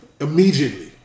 Immediately